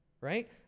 right